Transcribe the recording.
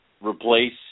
replace